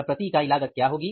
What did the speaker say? तब प्रति इकाई लागत क्या होगी